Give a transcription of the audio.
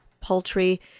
poultry